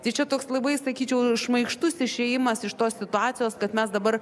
tai čia toks labai sakyčiau šmaikštus išėjimas iš tos situacijos kad mes dabar